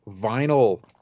vinyl